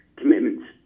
commitments